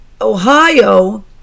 Ohio